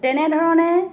তেনেধৰণে